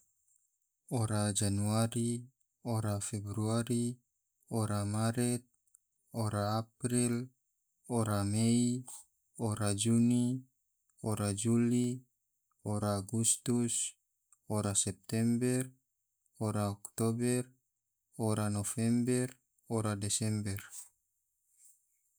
Ora januari, ora februari, ora maret, ora april, ora mei, ora juni, ora juli, ora agustus, ora september, ora oktober ora november, ora desember.